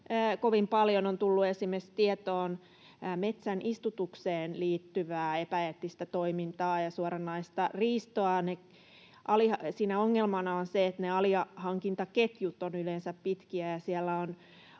Kovin paljon on tullut tietoon esimerkiksi metsän istutukseen liittyvää epäeettistä toimintaa ja suoranaista riistoa. Siinä ongelmana on se, että ne alihankintaketjut ovat yleensä pitkiä, ja siellä on